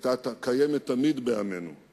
היתה קיימת בעמנו תמיד,